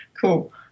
Cool